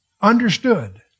understood